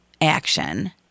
action